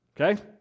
okay